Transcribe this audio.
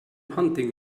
hunting